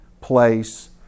place